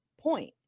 point